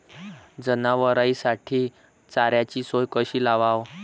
जनावराइसाठी चाऱ्याची सोय कशी लावाव?